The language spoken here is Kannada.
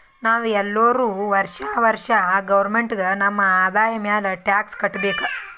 ನಾವ್ ಎಲ್ಲೋರು ವರ್ಷಾ ವರ್ಷಾ ಗೌರ್ಮೆಂಟ್ಗ ನಮ್ ಆದಾಯ ಮ್ಯಾಲ ಟ್ಯಾಕ್ಸ್ ಕಟ್ಟಬೇಕ್